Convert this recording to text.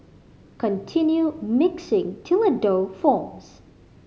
continue mixing till a dough forms